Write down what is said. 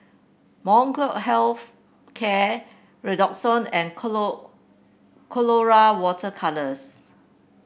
Molnylcke Health Care Redoxon and Colora Water Colours